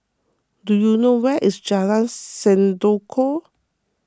do you know where is Jalan Sendudok